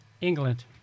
England